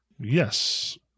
Yes